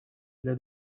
для